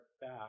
back